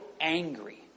angry